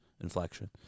inflection